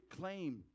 claim